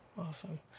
Awesome